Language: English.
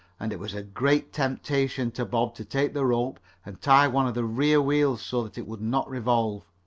and it was a great temptation to bob to take the rope and tie one of the rear wheels so that it would not revolve.